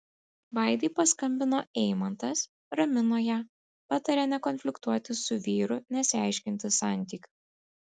vaidai paskambino eimantas ramino ją patarė nekonfliktuoti su vyru nesiaiškinti santykių